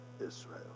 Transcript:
Israel